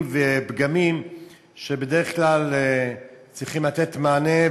ופגמים שבדרך כלל צריכים לתת מענה,